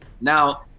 Now